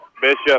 Bishop